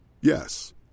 Yes